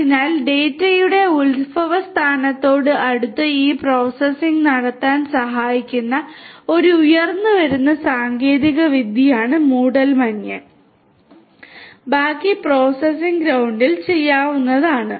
അതിനാൽ ഡാറ്റയുടെ ഉത്ഭവസ്ഥാനത്തോട് അടുത്ത് ഈ പ്രോസസ്സിംഗ് നടത്താൻ സഹായിക്കുന്ന ഒരു ഉയർന്നുവരുന്ന സാങ്കേതികവിദ്യയാണ് മൂടൽമഞ്ഞ് ബാക്കി പ്രോസസ്സിംഗ് ക്ലൌഡിൽ ചെയ്യാവുന്നതാണ്